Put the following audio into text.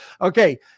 Okay